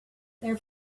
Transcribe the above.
their